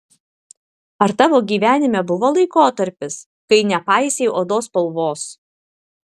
ar tavo gyvenime buvo laikotarpis kai nepaisei odos spalvos